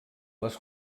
les